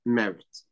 merit